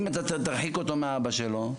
אם תרחיק ילד מאבא שלו,